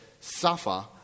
suffer